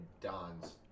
Don's